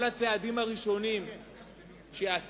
לכל הצעדים הראשונים שעשיתם,